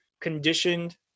conditioned